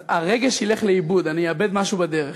הרגש ילך לאיבוד, אני אאבד משהו בדרך.